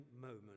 moment